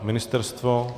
Ministerstvo?